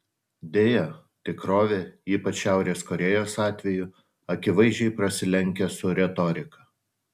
deja tikrovė ypač šiaurės korėjos atveju akivaizdžiai prasilenkia su retorika